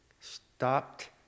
stopped